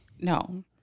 no